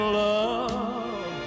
love